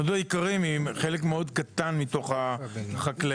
התאחדות האיכרים היא חלק מאוד קטן מתוך החקלאים.